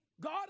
God